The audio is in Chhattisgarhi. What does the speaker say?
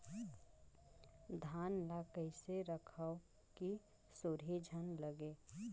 धान ल कइसे रखव कि सुरही झन लगे?